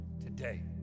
today